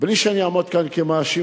בלי שאני אעמוד כאן כמאשים,